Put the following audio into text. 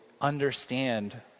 understand